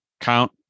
count